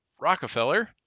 Rockefeller